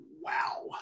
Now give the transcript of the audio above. wow